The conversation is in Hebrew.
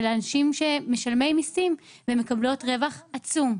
אנשים שהם משלמים מיסים והן מקבלות רווח עצום.